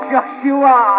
Joshua